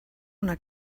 una